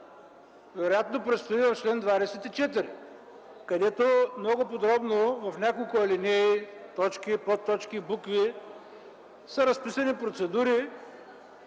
вероятно предстои в чл. 24, където много подробно – в няколко алинеи, точки, подточки, букви са разписани процедури,